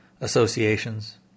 associations